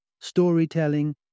storytelling